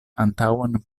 antaŭan